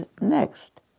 next